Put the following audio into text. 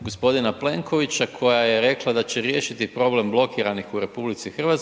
g. Plenkovića koja je rekla da će riješiti problem blokiranih u RH,